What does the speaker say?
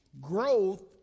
Growth